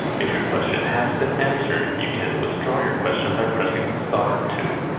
if your question has been answered, you can withdraw your question by pressing star two.